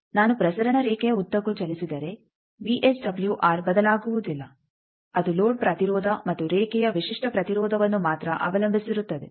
ನಾನು ಪ್ರಸರಣ ರೇಖೆಯ ಉದ್ದಕ್ಕೂ ಚಲಿಸಿದರೆ ವಿಎಸ್ಡಬ್ಲ್ಯೂಆರ್ ಬದಲಾಗುವುದಿಲ್ಲ ಅದು ಲೋಡ್ ಪ್ರತಿರೋಧ ಮತ್ತು ರೇಖೆಯ ವಿಶಿಷ್ಟ ಪ್ರತಿರೋಧವನ್ನು ಮಾತ್ರ ಅವಲಂಬಿಸಿರುತ್ತದೆ